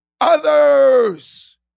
others